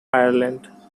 ireland